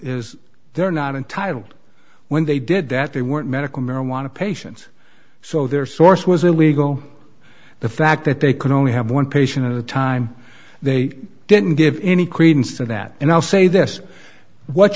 is they're not entitled when they did that they weren't medical marijuana patients so their source was illegal the fact that they could only have one patient at a time they didn't give any credence to that and i'll say this what